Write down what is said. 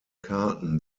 karten